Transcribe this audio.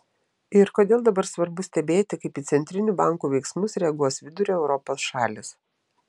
ir kodėl dabar svarbu stebėti kaip į centrinių bankų veiksmus reaguos vidurio europos šalys